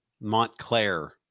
montclair